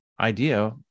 idea